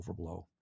overblow